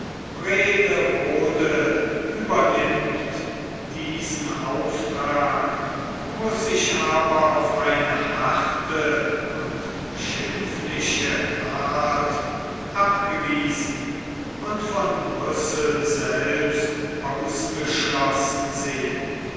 übernimmt diesen auftrag muß sich aber auf eine harte und schimpfliche art abgewiesen und von brüssel selbst ausgeschlossen sehen